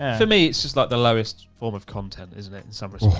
for me, it's just like the lowest form of content. isn't it? in some respects.